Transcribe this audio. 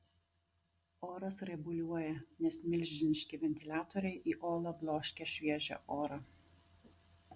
oras raibuliuoja nes milžiniški ventiliatoriai į olą bloškia šviežią orą